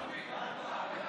בשל ביטול אירוע (נגיף הקורונה החדש),